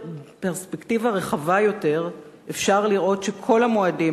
מפרספקטיבה רחבה יותר אפשר לראות שכל המועדים